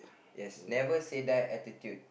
yes never say bad attitude